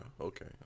okay